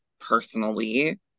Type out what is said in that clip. personally